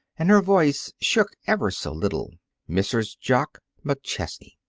and her voice shook ever so little mrs. jock mcchesney!